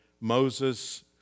Moses